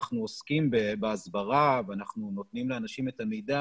אנחנו עוסקים בהסברה ואנחנו נותנים לאנשים את המידע